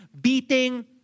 beating